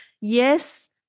yes